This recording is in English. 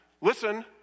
Listen